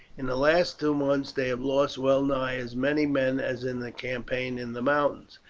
in the last two months they have lost well nigh as many men as in the campaign in the mountains.